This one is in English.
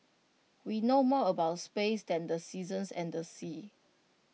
we know more about space than the seasons and the seas